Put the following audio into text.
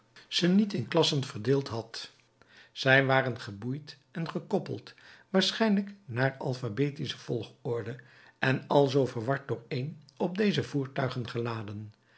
ze niet in klassen verdeeld had zij waren geboeid en gekoppeld waarschijnlijk naar alphabetische volgorde en alzoo verward dooreen op deze voertuigen geladen